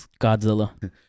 Godzilla